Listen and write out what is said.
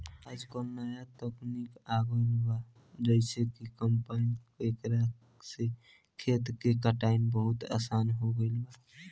आजकल न्या तकनीक आ गईल बा जेइसे कि कंपाइन एकरा से खेतन के कटाई बहुत आसान हो गईल बा